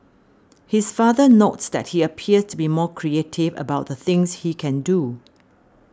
his father notes that he appears to be more creative about the things he can do